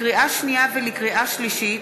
לקריאה שנייה ולקריאה שלישית: